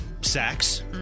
sex